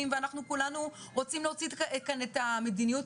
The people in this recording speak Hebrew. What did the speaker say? ואנחנו כולנו רוצים להוציא כאן את המדיניות?